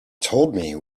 told